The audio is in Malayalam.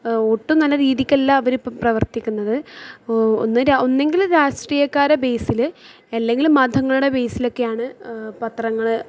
ഒട്ടും നല്ല രീതിക്കല്ല അവരിപ്പം പ്രവർത്തിക്കുന്നത് ഒന്ന് ഒന്നുങ്കിൽ രാഷ്ട്രീയക്കാരുടെ ബേസിൽ അല്ലെങ്കിൽ മതങ്ങളുടെ ബേസിലൊക്കെയാണ് പത്രങ്ങൾ